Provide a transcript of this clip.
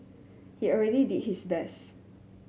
he already did his best